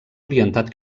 orientat